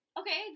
okay